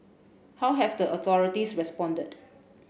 how have the authorities responded